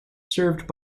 served